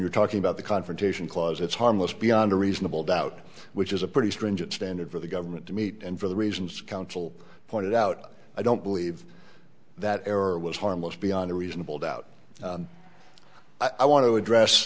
you're talking about the confrontation clause it's harmless beyond a reasonable doubt which is a pretty stringent standard for the government to meet and for the reasons counsel pointed out i don't believe that error was harmless beyond a reasonable doubt i want to address